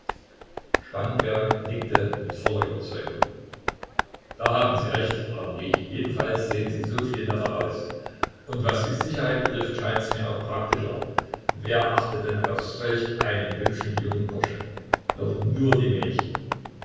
spangenberg nickte mit voller überzeugung da haben sie recht frau mariechen jedenfalls sehen sie so viel netter aus und was die sicherheit betrifft scheint mir's auch praktischer wer achtet denn auf solch einen hübschen jungen burschen doch nur die mädchen